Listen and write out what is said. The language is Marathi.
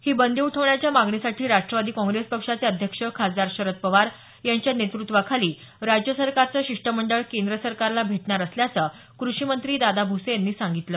ही बंदी उठवण्याच्या मागणीसाठी राष्ट्रवादी काँग्रेस पक्षाचे अध्यक्ष खासदार शरद पवार यांच्या नेतृत्वाखाली राज्य सरकारचं शिष्टमंडळ केंद्र सरकारला भेटणार असल्याचं कृषी मंत्री दादा भूसे यांनी सांगितलं